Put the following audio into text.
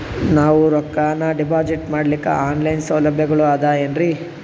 ನಾವು ರೊಕ್ಕನಾ ಡಿಪಾಜಿಟ್ ಮಾಡ್ಲಿಕ್ಕ ಆನ್ ಲೈನ್ ಸೌಲಭ್ಯಗಳು ಆದಾವೇನ್ರಿ?